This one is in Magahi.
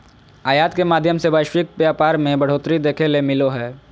आयात के माध्यम से वैश्विक व्यापार मे बढ़ोतरी देखे ले मिलो हय